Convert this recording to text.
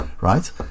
right